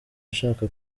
ashaka